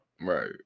Right